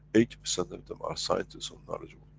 eighty percent of them are scientists or knowledgeable